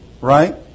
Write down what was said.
Right